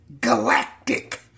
galactic